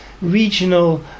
regional